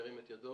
מי נגד?